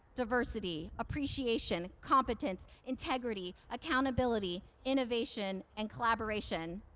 diversity, appreciation, competence, integrity, accountability, innovation, and collaboration.